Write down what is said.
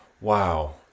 wow